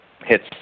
hits